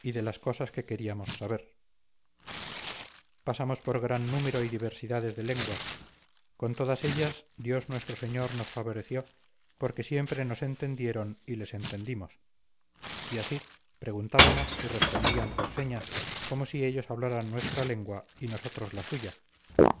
y de las cosas que queríamos saber pasamos por gran número y diversidades de lenguas con todas ellas dios nuestro señor nos favoreció porque siempre nos entendieron y les entendimos y así preguntábamos y respondían por señas como si ellos hablaran nuestra lengua y nosotros la suya